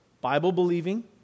Bible-believing